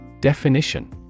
Definition